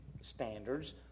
standards